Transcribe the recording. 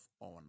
on